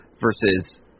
versus